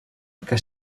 que